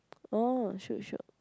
oh should should